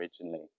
originally